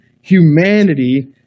humanity